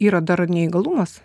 yra dar neįgalumas